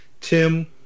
Tim